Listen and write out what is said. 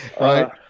right